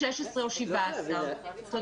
16 או 17. תודה.